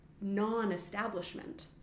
non-establishment